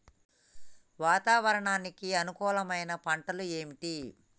వాతావరణానికి అనుకూలమైన పంటలు ఏంటి?